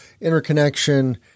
interconnection